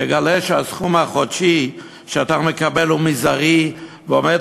תגלה שהסכום החודשי שאתה מקבל הוא מזערי ועומד